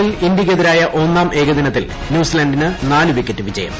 ഹാമിൽടണിൽ ഇന്ത്യയ്ക്കെതിരായ ഒന്നാം ഏകദിനത്തിൽ ന്യൂസ്ലന്റിന് നാല് വിക്കറ്റ് വിജയം